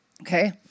okay